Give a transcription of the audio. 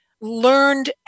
learned